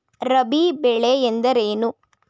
ರಾಬಿ ಬೆಳೆ ಎಂದರೇನು?